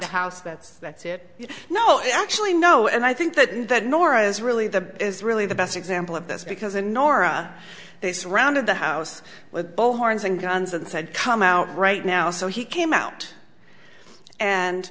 the house that's that's it no actually no and i think that that nora is really the is really the best example of this because a norah they surrounded the house with both horns and guns and said come out right now so he came out and